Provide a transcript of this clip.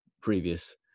previous